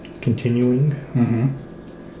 Continuing